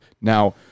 now